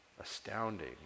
astounding